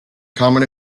common